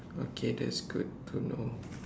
okay that's good to know